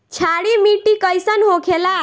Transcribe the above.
क्षारीय मिट्टी कइसन होखेला?